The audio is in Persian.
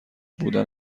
بودن